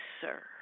sir